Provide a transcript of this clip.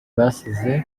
basize